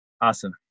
Awesome